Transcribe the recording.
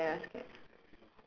ya ya ya scared